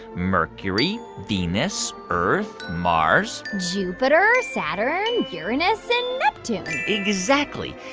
mercury, venus, earth mars jupiter, saturn, uranus and neptune exactly.